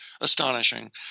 astonishing